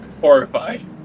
horrified